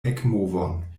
ekmovon